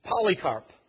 Polycarp